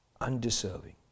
undeserving